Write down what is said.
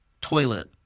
toilet